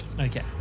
Okay